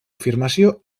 afirmació